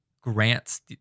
grants